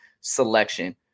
selection